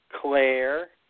Claire